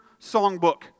songbook